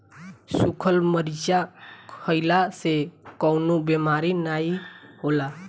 सुखल मरीचा खईला से कवनो बेमारी नाइ होला